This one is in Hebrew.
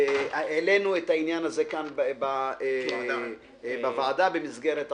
העלינו את העניין הזה כאן בוועדה במסגרת החוק.